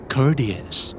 Courteous